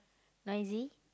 noisy